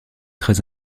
très